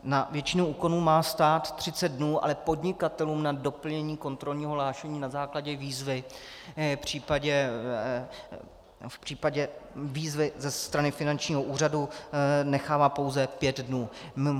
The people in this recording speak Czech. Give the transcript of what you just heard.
Na většinu úkonů má stát třicet dnů, ale podnikatelům na doplnění kontrolního hlášení na základě výzvy, v případě výzvy ze strany finančního úřadu nechává pouze pět dnů.